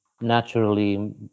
naturally